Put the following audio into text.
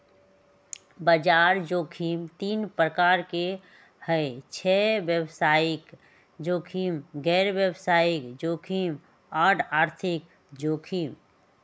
बजार जोखिम तीन प्रकार के होइ छइ व्यवसायिक जोखिम, गैर व्यवसाय जोखिम आऽ आर्थिक जोखिम